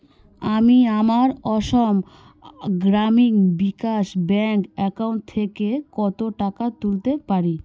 আমি আমার Assam Gramin Vikash bank account থেকে কত টাকা তুলতে পারি